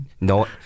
no